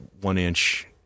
one-inch